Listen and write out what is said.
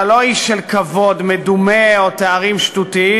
אתה לא איש של כבוד מדומה או תארים שטותיים,